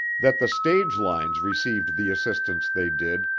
that the stage lines received the assistance they did,